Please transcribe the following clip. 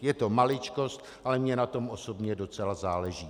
Je to maličkost, ale mně na tom osobně docela záleží.